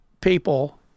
people